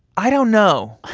i don't know